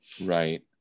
Right